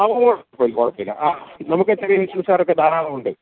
ആ കുഴപ്പമില്ല കുഴപ്പമില്ല ആ നമുക്ക് എത്ര സാരൊക്കെ ധാരാളമുണ്ട്